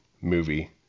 movie